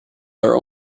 are